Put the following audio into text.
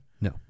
No